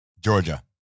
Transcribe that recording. Georgia